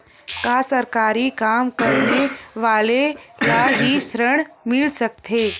का सरकारी काम करने वाले ल हि ऋण मिल सकथे?